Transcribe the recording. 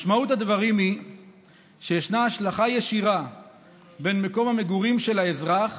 משמעות הדברים היא שיש השלכה ישירה בין מקום המגורים של האזרח